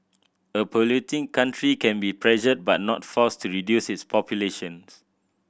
a polluting country can be pressured but not forced to reduce its population